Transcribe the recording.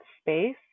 space